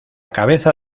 cabeza